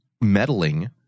meddling